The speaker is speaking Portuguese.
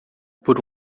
por